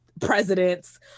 presidents